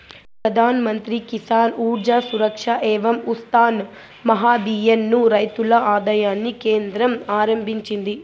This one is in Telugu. ప్రధాన్ మంత్రి కిసాన్ ఊర్జా సురక్ష ఏవం ఉత్థాన్ మహాభియాన్ ను రైతుల ఆదాయాన్ని కేంద్రం ఆరంభించింది